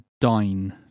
dine